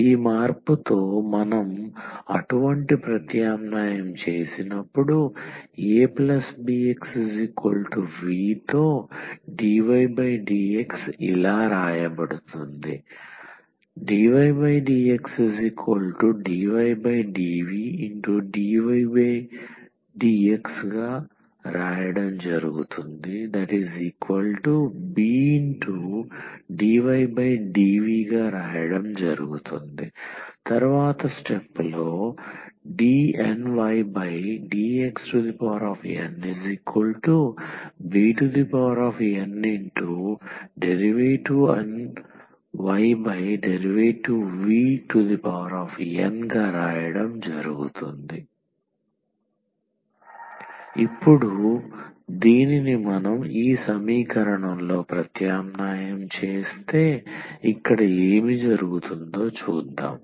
ఈ మార్పుతో మనం అటువంటి ప్రత్యామ్నాయం చేసినప్పుడు abxv తో dydx ఇలా రాయబడుతుంది dydxdydvdvdxbdydv dnydxnbndnydvn ఇప్పుడు దీనిని మనం ఈ సమీకరణంలో ప్రత్యామ్నాయం చేస్తే ఇక్కడ ఏమి జరుగుతుందో చూద్దాం